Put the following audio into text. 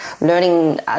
learning